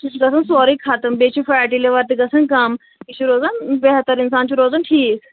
سُہ چھُ گژھان سورُے ختٕم بیٚیہِ چھُ فیٹی لِور تہِ گژھان کم بیٚیہِ چھُ روزان بہتر انسان چھُ روزان ٹھیٖک